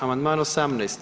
Amandman 18.